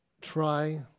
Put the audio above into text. Try